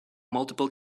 multiple